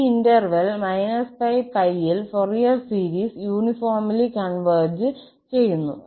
ഈ ഇന്റെർവെൽ −𝜋 𝜋 ൽ Fourier series uniformly converge ചെയ്യുന്നു